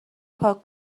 پاک